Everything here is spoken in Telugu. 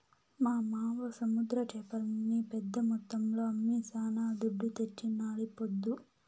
మా మావ సముద్ర చేపల్ని పెద్ద మొత్తంలో అమ్మి శానా దుడ్డు తెచ్చినాడీపొద్దు